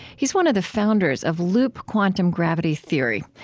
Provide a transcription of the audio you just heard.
he is one of the founders of loop quantum gravity theory,